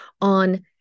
on